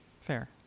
Fair